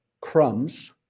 crumbs